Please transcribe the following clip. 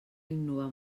innovar